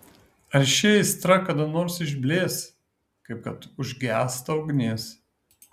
ar ši aistra kada nors išblės kaip kad užgęsta ugnis